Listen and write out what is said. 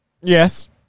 Yes